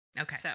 Okay